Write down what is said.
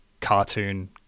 cartoon